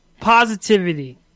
Positivity